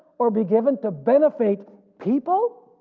or be given to benefit people.